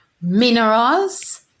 minerals